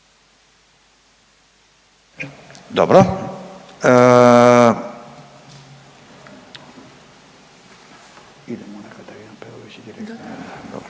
dobro.